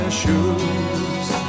shoes